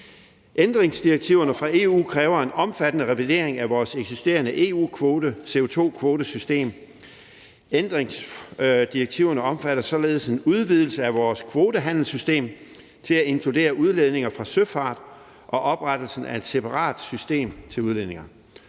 Ændringsdirektiverne fra EU kræver en omfattende revidering af vores eksisterende EU-kvotesystem, CO2-kvotesystem. Ændringsdirektiverne omfatter således en udvidelse af vores kvotehandelssystem til at inkludere udledninger fra søfart og oprettelsen af et separat system til udledninger